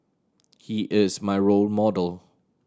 he is my role model